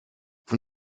vous